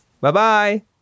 Bye-bye